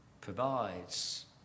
provides